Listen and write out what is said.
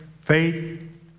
Faith